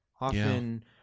often